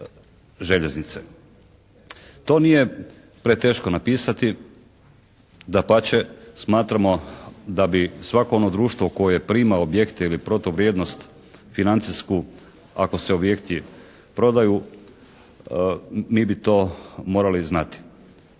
To nije preteško napisati, dapače smatramo da bi svako ono društvo koje prima objekte ili protuvrijednost financijsku ako se objekti prodaju, mi bi to morali znati.